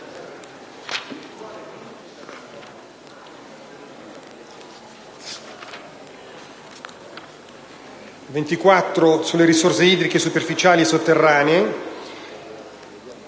le risorse idriche superficiali e sotterranee.